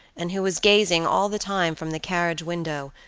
and who was gazing all the time from the carriage window,